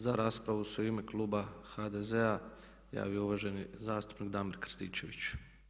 Za raspravu se u ime kluba HDZ-a javio uvaženi zastupnik Damir Krstičević.